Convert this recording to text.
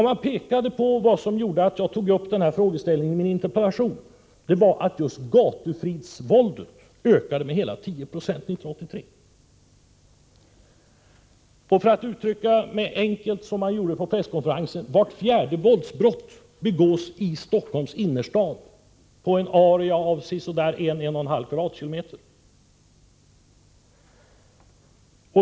Anledningen till att jag tog upp denna fråga i min interpellation var att BRÅ framhöll att just gatufridsbrotten ökade med hela 10 96 under 1983. För att uttrycka mig lika enkelt som de gjorde på presskonferensen kan jag säga att vart fjärde våldsbrott begås i Stockholms innerstad på en area av en till en och en halv kvadratkilometer.